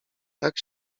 tak